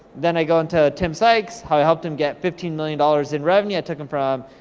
then i go into tim sykes, how i helped him get fifteen million dollars in revenue. i took him from,